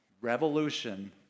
Revolution